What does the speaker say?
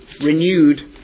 renewed